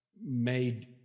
made